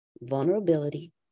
vulnerability